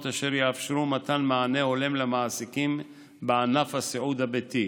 שיאפשרו מתן מענה הולם למעסיקים בענף הסיעוד הביתי,